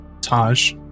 Taj